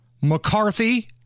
McCarthy